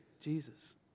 Jesus